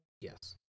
Yes